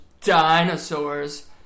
Dinosaurs